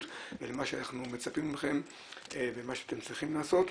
ולמה שאנחנו מצפים מכם ומה שאתם צריכים לעשות.